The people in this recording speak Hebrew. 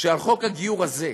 שעל חוק הגיור הזה,